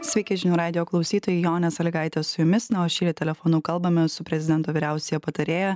sveiki žinių radijo klausytojai jonė sąlygaitė su jumis na o telefonu kalbamės su prezidento vyriausiąja patarėja